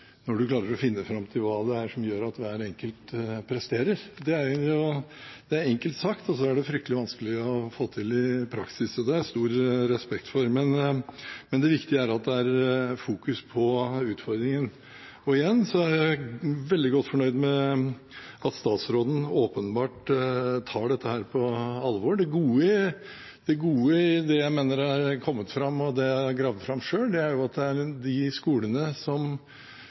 når man klarer å finne fram til hva det er som gjør at hver enkelt presterer. Det er enkelt sagt, og så er det fryktelig vanskelig å få til i praksis. Det har jeg stor respekt for, men det viktige er at det fokuseres på utfordringen. Og igjen: Jeg er veldig godt fornøyd med at statsråden åpenbart tar dette på alvor. Det gode i det jeg mener er kommet fram – og i det jeg har gravd fram selv – er at de skolene som